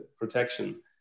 protection